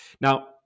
Now